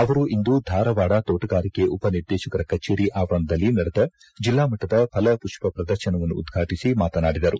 ಅವರು ಇಂದು ಧಾರವಾಡ ತೋಟಗಾರಿಕೆ ಉಪನಿರ್ದೇಶಕರ ಕಜೇರಿ ಆವರಣದಲ್ಲಿ ನಡೆದ ಜಿಲ್ಲಾ ಮಟ್ಟದ ಫಲ ಪುಷ್ಪ ಪ್ರದರ್ಶನವನ್ನು ಉದ್ಘಾಟಿಸಿ ಮಾತನಾಡಿದರು